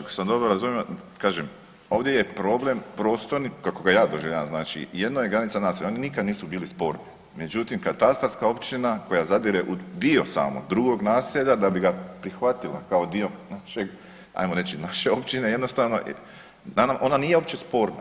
Ako sam dobro razumio, kažem, ovdje je problem prostorni, kako ga ja doživljavam, znači jedno je granica naselja, oni nikad nisu bili sporni, međutim, katastarska općina koja zadire u dio samo drugog naselja, da bi ga prihvatila kao dio našeg, ajmo reći, naše općine jednostavno, nama ona nije uopće sporna,